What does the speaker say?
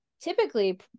typically